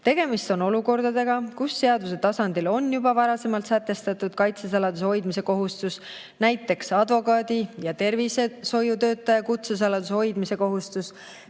Tegemist on olukordadega, kus seaduse tasandil on juba varasemalt sätestatud kutsesaladuse hoidmise kohustus, näiteks advokaadi ja tervishoiutöötaja kutsesaladuse hoidmise kohustus.